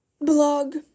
blog